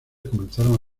comenzaron